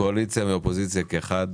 מהקואליציה ומהאופוזיציה כאחד,